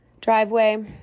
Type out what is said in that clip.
driveway